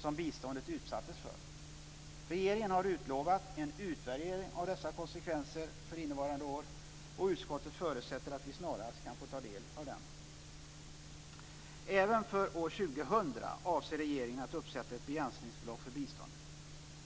som biståndet utsattes för. Regeringen har utlovat en utvärdering av dessa konsekvenser för innevarande år. Utskottet förutsätter att vi snarast kan få ta del av den. Även för år 2000 avser regeringen att uppsätta ett begränsningsbelopp för biståndet.